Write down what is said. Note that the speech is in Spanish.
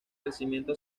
crecimiento